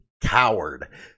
coward